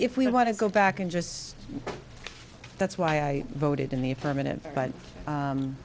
if we want to go back and just that's why i voted in the affirmative but